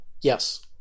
Yes